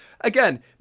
Again